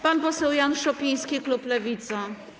Pan poseł Jan Szopiński, klub Lewica.